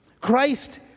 Christ